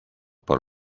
por